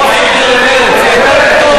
חוסר דרך ארץ.